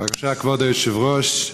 כבוד היושב-ראש,